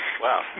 Wow